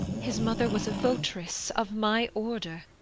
his mother was a vot'ress of my order